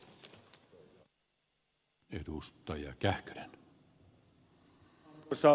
arvoisa puhemies